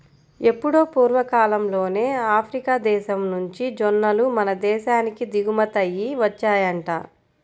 ఎప్పుడో పూర్వకాలంలోనే ఆఫ్రికా దేశం నుంచి జొన్నలు మన దేశానికి దిగుమతయ్యి వచ్చాయంట